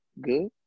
good